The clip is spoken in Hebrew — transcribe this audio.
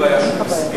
לא רק שלא היה שום הסכם.